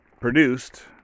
produced